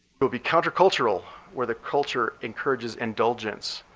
we'll be countercultural where the culture encourages indulgence.